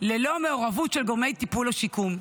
ללא המעורבות של גורמי טיפול או שיקום.